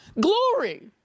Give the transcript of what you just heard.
glory